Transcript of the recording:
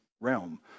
realm